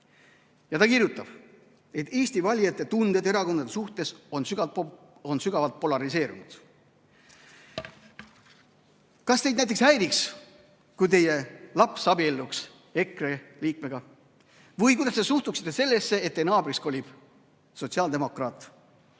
Ja ta kirjutab, et Eesti valijate tunded erakondade suhtes on sügavalt polariseerunud. Kas teid näiteks häiriks, kui teie laps abielluks EKRE liikmega, või kuidas te suhtuksite sellesse, et teie naabriks kolib sotsiaaldemokraat?